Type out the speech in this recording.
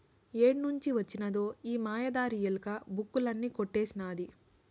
ఏడ్నుంచి వొచ్చినదో ఈ మాయదారి ఎలక, బుక్కులన్నీ కొట్టేసినాది